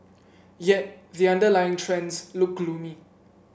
yet the underlying trends look gloomy